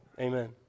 Amen